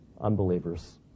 unbelievers